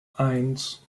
eins